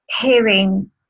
hearing